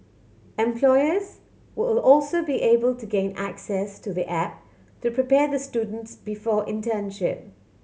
employers will also be able to gain access to the app to prepare the students before internship